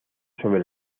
sobre